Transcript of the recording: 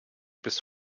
bis